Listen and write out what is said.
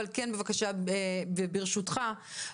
ברשותך,